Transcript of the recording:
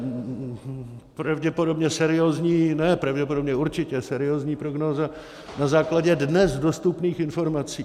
Což je pravděpodobně seriózní ne pravděpodobně, určitě seriózní prognóza na základě dnes dostupných informací.